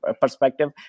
perspective